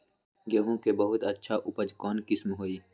गेंहू के बहुत अच्छा उपज कौन किस्म होई?